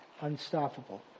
unstoppable